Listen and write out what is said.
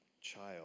child